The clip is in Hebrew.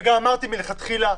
וגם אמרתי מלכתחילה,